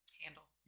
handle